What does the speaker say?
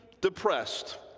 depressed